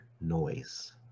noise